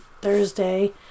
Thursday